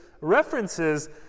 references